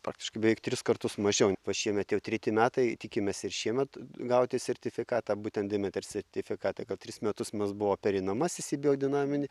praktiškai beveik tris kartus mažiau va šiemet jau treti metai tikimės ir šiemet gauti sertifikatą būtent demetra sertifikatą gal tris metus mes buvo pereinamasis į biodinaminį